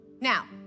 Now